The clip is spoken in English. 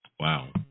Wow